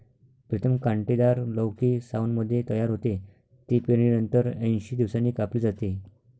प्रीतम कांटेदार लौकी सावनमध्ये तयार होते, ती पेरणीनंतर ऐंशी दिवसांनी कापली जाते